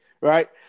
Right